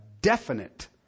definite